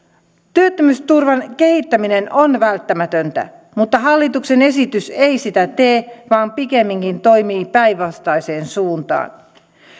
työttömyysturvan kehittäminen on välttämätöntä mutta hallituksen esitys ei sitä tee vaan pikemminkin toimii päinvastaiseen suuntaan